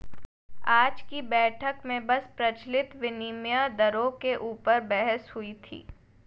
आज की बैठक में बस प्रचलित विनिमय दरों के ऊपर बहस हुई थी